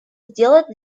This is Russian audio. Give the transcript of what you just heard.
сделать